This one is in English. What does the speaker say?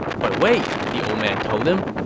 but wait, the old man told him,